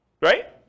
Right